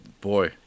boy